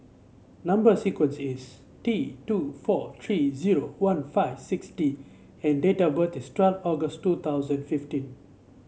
number sequence is T two four three zero one five six D and date of birth is twelve August two thousand fifteen